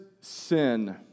sin